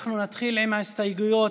אנחנו נתחיל בהסתייגויות,